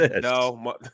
No